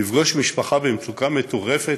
לפגוש משפחה במצוקה מטורפת,